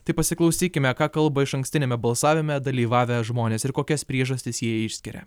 tai pasiklausykime ką kalba išankstiniame balsavime dalyvavę žmonės ir kokias priežastis jie išskiria